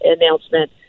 announcement